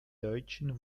deutschen